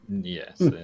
Yes